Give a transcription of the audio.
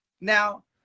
Now